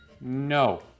No